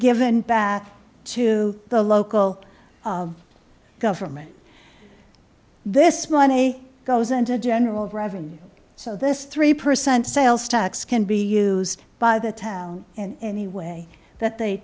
given back to the local government this money goes into general revenue so this three percent sales tax can be used by the town and any way that they